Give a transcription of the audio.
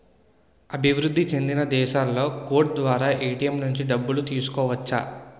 అభివృద్ధి చెందిన దేశాలలో కోడ్ ద్వారా ఏటీఎం నుంచి డబ్బులు తీసుకోవచ్చు